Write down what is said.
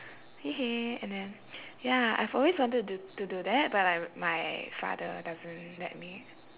okay and then ya I've always wanted to to do that but like my father doesn't let me